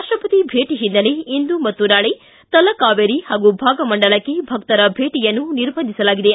ರಾಪ್ಟಸತಿ ಭೇಟ ಹಿನ್ನೆಲೆ ಇಂದು ಮತ್ತು ನಾಳೆ ತಲಕಾವೇರಿ ಹಾಗೂ ಭಾಗಮಂಡಲಕ್ಕೆ ಭಕ್ತರ ಭೇಟಯನ್ನು ನಿರ್ಭಂಧಿಸಲಾಗಿದೆ